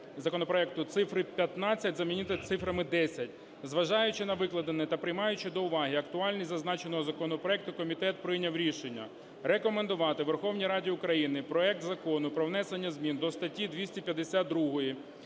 законопроекту цифри "15" замінити цифрами "10". Зважаючи на викладене та приймаючи до уваги актуальність зазначеного законопроекту, комітет прийняв рішення: рекомендувати Верховній Раді України проект Закону про внесення зміни до статті 252